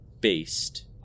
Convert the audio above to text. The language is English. based